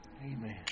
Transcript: Amen